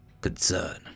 concern